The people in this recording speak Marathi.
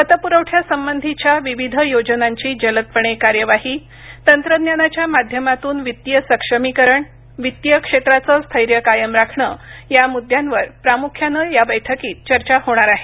पतपुरवठ्यासंबंधीच्या विविध योजनांची जलदपणे कार्यवाही तंत्रज्ञानाच्या माध्यमातून वित्तीय सक्षमीकरण वित्तीय क्षेत्राचं स्थैर्य कायम राखणं या मुद्द्यांवर प्रामुख्यानं या बैठकीत चर्चा होणार आहे